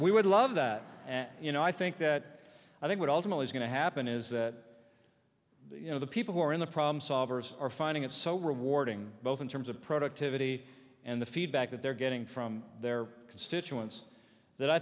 we would love that you know i think that i think what ultimately is going to happen is that you know the people who are in the problem solvers are finding it so rewarding both in terms of productivity and the feedback that they're getting from their constituents